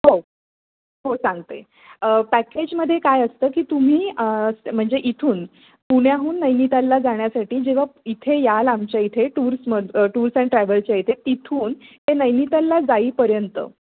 हो सांगते पॅकेजमध्ये काय असतं की तुम्ही म्हणजे इथून पुण्याहून नैनितालला जाण्यासाठी जेव्हा इथे याल आमच्या इथे टूर्सम टूर्स अँड ट्रॅवलच्या इथे तिथून ते नैनितालला जाईपर्यंत